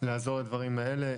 לעזור לדברים האלה,